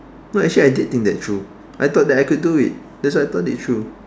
no actually I did think that through I thought that I could do it that's why I thought it through